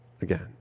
again